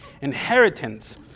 Inheritance